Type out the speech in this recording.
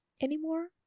anymore